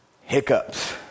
hiccups